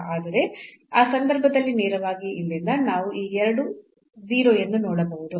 ಆದರೆ ಆ ಸಂದರ್ಭದಲ್ಲಿ ನೇರವಾಗಿ ಇಲ್ಲಿಂದ ನಾವು ಈ ಎರಡು 0 ಎಂದು ನೋಡಬಹುದು